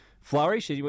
flourish